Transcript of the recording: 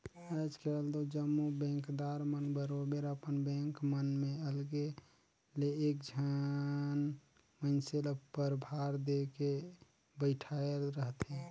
आएज काएल दो जम्मो बेंकदार मन बरोबेर अपन बेंक मन में अलगे ले एक झन मइनसे ल परभार देके बइठाएर रहथे